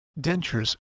dentures